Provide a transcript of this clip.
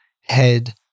head